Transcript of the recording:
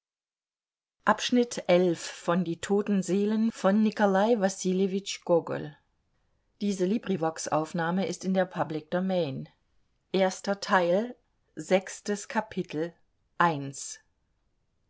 die toten seelen